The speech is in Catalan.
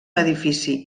edifici